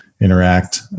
interact